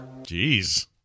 Jeez